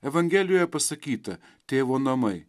evangelijoje pasakyta tėvo namai